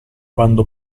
quando